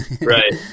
right